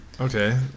Okay